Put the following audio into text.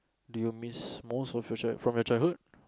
do you miss most of your child from your childhood